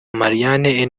marianne